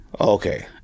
Okay